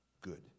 good